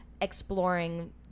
exploring